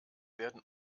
werden